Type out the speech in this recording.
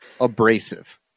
abrasive